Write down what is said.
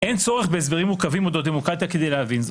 אין צורך בהסברים מורכבים אודות דמוקרטיה כדי להבין זאת: